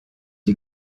die